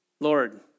Lord